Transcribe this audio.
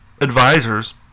advisors